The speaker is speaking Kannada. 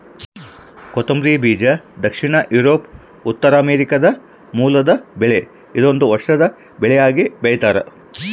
ಕೊತ್ತಂಬರಿ ಬೀಜ ದಕ್ಷಿಣ ಯೂರೋಪ್ ಉತ್ತರಾಮೆರಿಕಾದ ಮೂಲದ ಬೆಳೆ ಇದೊಂದು ವರ್ಷದ ಬೆಳೆಯಾಗಿ ಬೆಳ್ತ್ಯಾರ